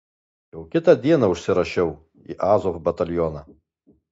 jau kitą dieną užsirašiau į azov batalioną